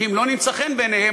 כי אם לא נמצא חן בעיניהם,